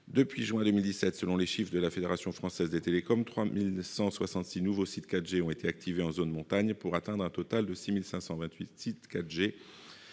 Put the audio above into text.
de juin 2017, selon les chiffres de la Fédération française des télécoms, 3 166 nouveaux sites 4G ont été activés en zone de montagne pour atteindre un total de 6 258.